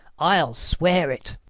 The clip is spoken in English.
i'll swear it.